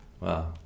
wow